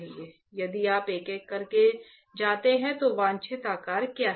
यदि आप एक एक करके जाते हैं तो वांछित आकार क्या है